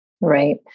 Right